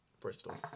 Bristol